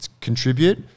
contribute